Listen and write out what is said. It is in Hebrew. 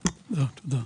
שלום.